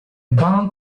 band